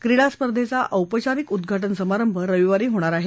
क्रीडा स्पर्धेचा औपचारिक उद्दाटन समारंभ रविवारी होणार आहे